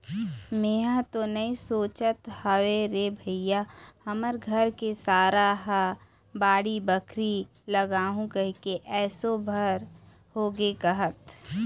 मेंहा तो नइ सोचत हव रे भइया हमर घर के सारा ह बाड़ी बखरी लगाहूँ कहिके एसो भर होगे कहत